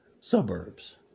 suburbs